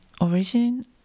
origin